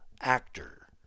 actor